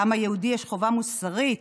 לעם היהודי יש חובה מוסרית,